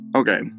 Okay